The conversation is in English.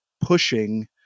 pushing –